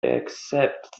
accept